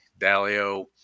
Dalio